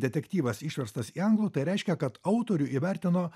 detektyvas išverstas į anglų tai reiškia kad autorių įvertino